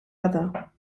other